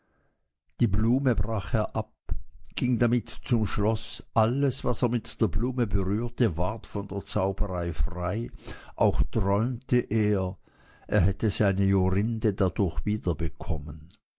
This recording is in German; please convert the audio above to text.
die blume brach er ab ging damit zum schlosse alles was er mit der blume berührte ward von der zauberei frei auch träumte er er hätte seine jorinde dadurch